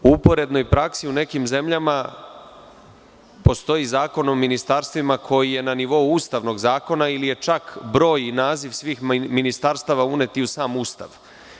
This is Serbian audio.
U uporednoj praksi u nekim zemljama postoji Zakon o ministarstvima koji je na nivou Ustavnog zakona ili je čak broj i naziv svih ministarstava unet i u sam Ustav.